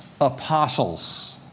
apostles